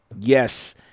yes